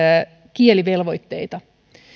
kielivelvoitteita